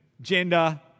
gender